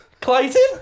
Clayton